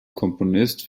komponist